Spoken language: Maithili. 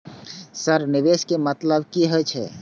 सर निवेश के मतलब की हे छे?